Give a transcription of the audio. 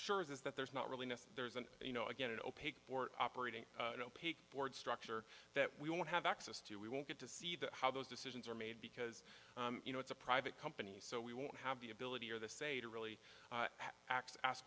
sure is that there's not really nest there's an you know again an opaque port operating an opaque board structure that we don't have access to we won't get to see that how those decisions are made because you know it's a private company so we won't have the ability or the say to really x ask